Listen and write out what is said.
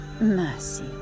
mercy